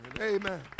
Amen